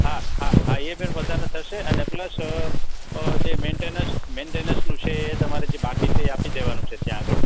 હા હા હા એ ફેર વધારે થશે અને પ્લસ જે મેન્ટેનન્સ મેન્ટેનન્સનું છે એ તમારે જે બાકી છે એ તમારે આપી દેવાનું છે ત્યાં આગળ